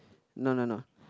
no no no